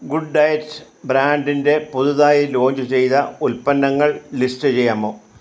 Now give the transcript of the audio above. good diet ബ്രാൻഡിന്റെ പുതുതായി launch ചെയ്ത ഉൽപ്പന്നങ്ങൾ ലിസ്റ്റ് ചെയ്യാമോ